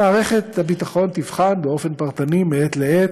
מערכת הביטחון תבחן פרטנית מעת לעת,